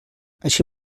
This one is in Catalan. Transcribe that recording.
així